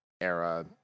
era